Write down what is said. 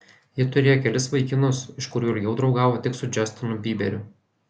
ji turėjo kelis vaikinus iš kurių ilgiau draugavo tik su džastinu byberiu